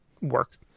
Work